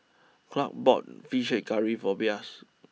Clark bought Fish Head Curry for Blas